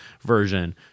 version